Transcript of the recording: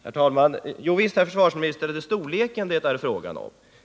Herr talman! Jo visst, herr försvarsminister, är det storleken det är fråga om.